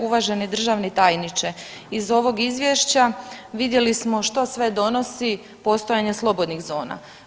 Uvaženi državni tajniče iz ovog izvješća vidjeli smo što sve donosi postojanje slobodnih zona.